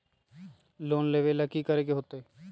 Loan लेवेला की करेके होतई?